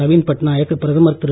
நவின் பட்நாயக் பிரதமர் திரு